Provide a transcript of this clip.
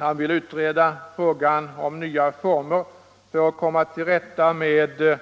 Han vill ha en utredning av frågan om nya former för att komma till rätta med